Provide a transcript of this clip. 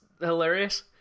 hilarious